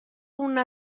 una